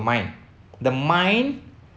mind the mind